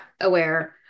aware